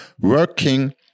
working